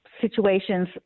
situations